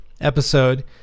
episode